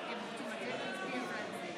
חבר הכנסת לוי?